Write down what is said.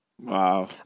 Wow